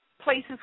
places